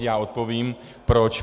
Já odpovím proč.